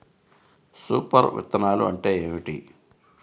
Super విత్తనాలు అంటే ఏమిటి?